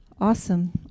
Awesome